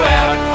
out